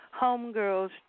homegirls